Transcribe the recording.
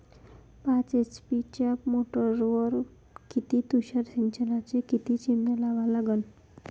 पाच एच.पी च्या मोटारीवर किती तुषार सिंचनाच्या किती चिमन्या लावा लागन?